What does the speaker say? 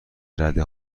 رده